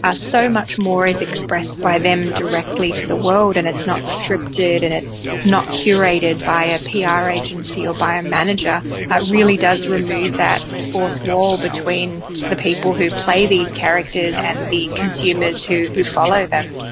ah so much more is expressed by them directly to the world and it's not scripted and it's not curated by a pr ah agency or by a manager, it really does remove that fourth wall between the people who play these characters and the consumers who who follow them.